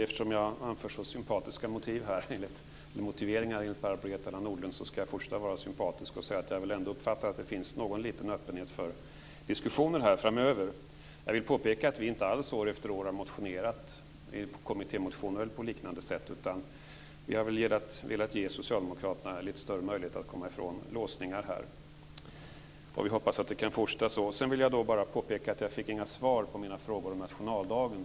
Eftersom jag anför så sympatiska motiveringar, enligt Barbro Hietala Nordlund, ska jag fortsätta att vara sympatisk och säga att jag ändå uppfattar att det finns någon liten öppenhet för diskussioner framöver. Jag vill påpeka att vi inte alls år efter år har motionerat i kommittémotioner och liknande. Vi har velat ge socialdemokraterna lite större möjligheter att komma ifrån låsningar i det här avseendet. Vi hoppas att det kan fortsätta så. Sedan vill jag bara påpeka att jag inte fick några svar på mina frågor om nationaldagen.